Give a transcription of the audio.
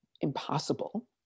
impossible